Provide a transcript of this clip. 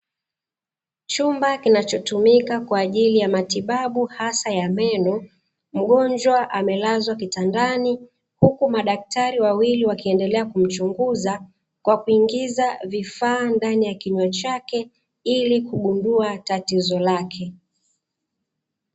Chumba kinachotumika kwaaajili ya matibabau hasa ya meno, mgonjwa amelazwa kitandani huku madaktari wawili wakiendelea kumchunguza kwa kuingiza vifaa ndani ya kinywa chake ili kugundua tatizo lake.